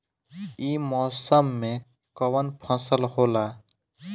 ई मौसम में कवन फसल होला?